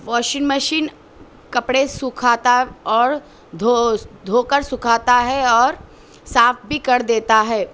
washing machine کپڑے سکھاتا اور دھو کر سکھاتا ہے اور صاف بھی کر دیتا ہے